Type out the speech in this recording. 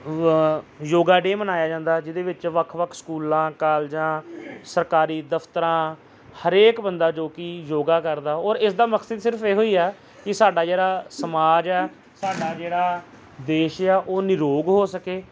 yoga day ਮਨਾਇਆ ਜਾਂਦਾ ਜਿਹਦੇ ਵਿੱਚ ਵੱਖ ਵੱਖ ਸਕੂਲਾਂ ਕਾਲਜਾਂ ਸਰਕਾਰੀ ਦਫਤਰਾਂ ਹਰੇਕ ਬੰਦਾ ਜੋ ਕਿ ਯੋਗਾ ਕਰਦਾ ਔਰ ਇਸ ਦਾ ਮਕਸਦ ਸਿਰਫ ਇਹੋ ਹੀ ਆ ਕਿ ਸਾਡਾ ਜਿਹੜਾ ਸਮਾਜ ਹੈ ਸਾਡਾ ਜਿਹੜਾ ਦੇਸ਼ ਆ ਉਹ ਨਿਰੋਗ ਹੋ ਸਕੇ